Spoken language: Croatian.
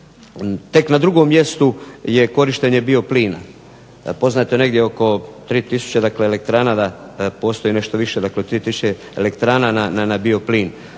Tek na drugom mjestu je korištenje bioplina. Poznato je negdje oko 3 tisuće dakle